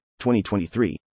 2023